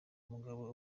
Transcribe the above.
umugabo